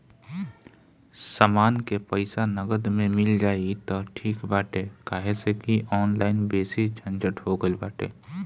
समान के पईसा नगद में मिल जाई त ठीक बाटे काहे से की ऑनलाइन बेसी झंझट हो गईल बाटे